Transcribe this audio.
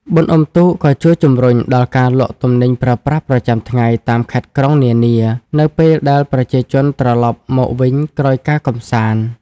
បុណ្យអុំទូកក៏ជួយជំរុញដល់ការលក់ទំនិញប្រើប្រាស់ប្រចាំថ្ងៃតាមខេត្តក្រុងនានា នៅពេលដែលប្រជាជនត្រឡប់មកវិញក្រោយការកម្សាន្ត។